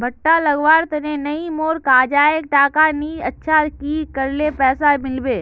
भुट्टा लगवार तने नई मोर काजाए टका नि अच्छा की करले पैसा मिलबे?